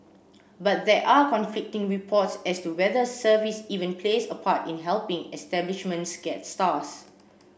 but there are conflicting reports as to whether service even plays a part in helping establishments get stars